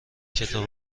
کتاب